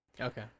Okay